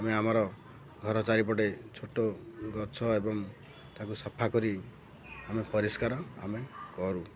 ଆମେ ଆମର ଘର ଚାରିପଟେ ଛୋଟ ଗଛ ଏବଂ ତାକୁ ସଫା କରି ଆମେ ପରିଷ୍କାର ଆମେ କରୁ